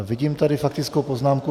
Vidím tady faktickou poznámku.